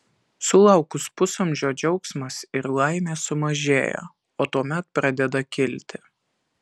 sulaukus pusamžio džiaugsmas ir laimė sumažėja o tuomet pradeda kilti